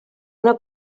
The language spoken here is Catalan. una